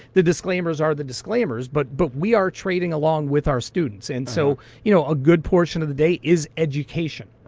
the disclaimers are the disclaimers. but but we are trading along with our students. and so you know a good portion of the day is education.